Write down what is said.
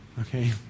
okay